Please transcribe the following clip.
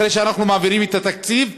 אחרי שאנחנו מעבירים את התקציב,